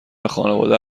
خانواده